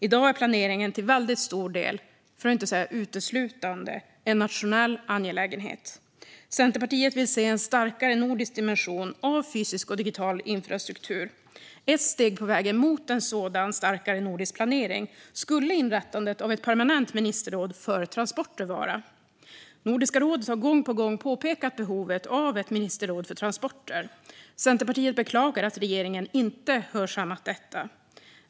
I dag är planeringen till väldigt stor del, för att inte säga uteslutande, en nationell angelägenhet. Centerpartiet vill se en starkare nordisk dimension av fysisk och digital infrastruktur. Ett steg på vägen mot en sådan starkare nordisk planering skulle vara inrättandet av ett permanent ministerråd för transporter. Nordiska rådet har gång på gång påpekat behovet av ett ministerråd för transporter. Centerpartiet beklagar att regeringen inte hörsammat detta.